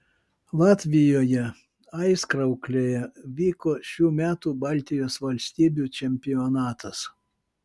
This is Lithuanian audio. latvijoje aizkrauklėje vyko šių metų baltijos valstybių čempionatas